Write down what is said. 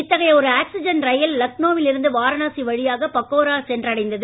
இத்தகைய ஒரு oxygen rail லக்னோவில் இருந்து வாரணாசி வழியாக பக்கோரா சென்றடைந்தது